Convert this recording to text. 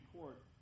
Court